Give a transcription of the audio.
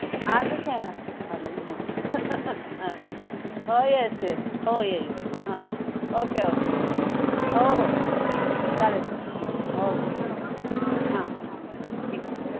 आजच येणार हं हो येस येस हो येईल येईल हां ओके ओके हो हो हां चालेल चालेल हां ओके हां हां